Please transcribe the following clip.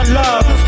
love